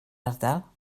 ardal